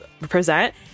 present